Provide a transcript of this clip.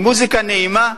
היא מוזיקה נעימה,